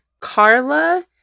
Carla